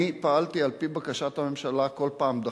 אני פעלתי על-פי בקשת הממשלה, כל פעם דחיתי.